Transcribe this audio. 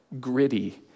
gritty